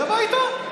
זה בעיתון.